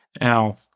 Now